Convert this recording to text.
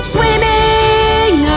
Swimming